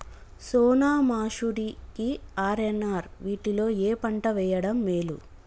సోనా మాషురి కి ఆర్.ఎన్.ఆర్ వీటిలో ఏ పంట వెయ్యడం మేలు?